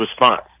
response